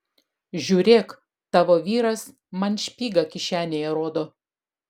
žiūrėk tavo vyras man špygą kišenėje rodo